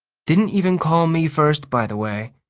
didn't even call me first, by the way!